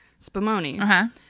Spumoni